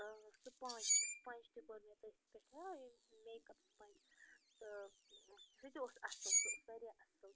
sponge sponge تہِ کوٚر مےٚ تٔتھۍ پٮ۪ٹھٕے میکپ سُپنٛج تہٕ سُہ تہِ اوس اصٕل سُہ اوس وارِیاہ اصٕل